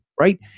Right